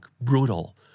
brutal